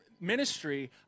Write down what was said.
ministry